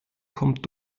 kommt